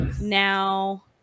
now